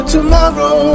Tomorrow